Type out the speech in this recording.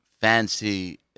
fancy